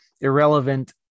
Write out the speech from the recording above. irrelevant